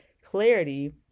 clarity